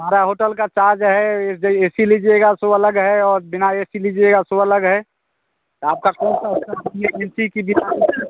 हमारे होटल का चार्ज है जैसे ए सी लिजिएगा सो अलग है बिना ए सी लीजिएगा सो अलग है आपका कौन सा